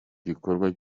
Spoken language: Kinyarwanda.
gikorwa